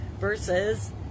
versus